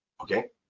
okay